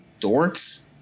dorks